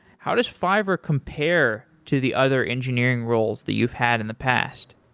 how does fiverr compare to the other engineering roles that you've had in the past?